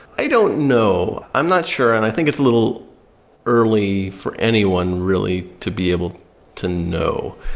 i don't know. i'm not sure and i think it's a little early for anyone really to be able to know.